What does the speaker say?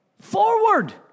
forward